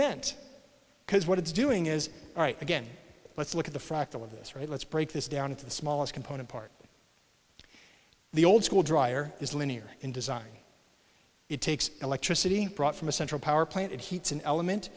vent because what it's doing is all right again let's look at the fractal of this right let's break this down into the smallest component parts the old school dryer is linear in design it takes electricity brought from a central power plant it heats an element